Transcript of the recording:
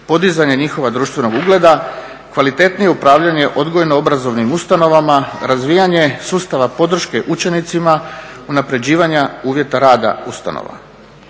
podizanje njihova društvenog ugleda, kvalitetnije upravljanje odgojno-obrazovnim ustanovama, razvijanje sustava podrške učenicima, unapređivanja uvjeta rada ustanova.